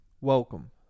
Welcome